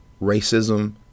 racism